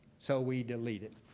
so we delete it.